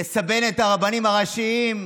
לסבן את הרבנים הראשיים,